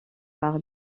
par